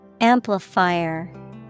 Amplifier